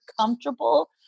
comfortable